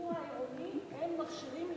לשיטור העירוני אין מכשירים,